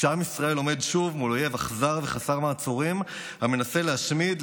כשעם ישראל עומד שוב מול אויב אכזר וחסר מעצורים המנסה להשמיד,